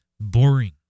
boring